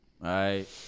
right